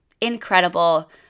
incredible